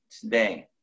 today